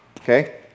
okay